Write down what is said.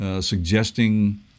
Suggesting